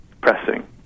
pressing